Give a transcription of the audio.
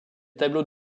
tableaux